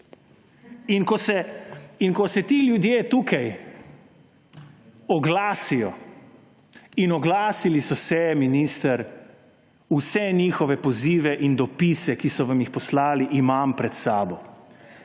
In ko se ti ljudje tukaj oglasijo, in oglasili so se, minister. Vse njihove pozive in dopise, ki so vam jih poslali, imam pred sabo: